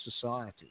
society